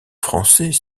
français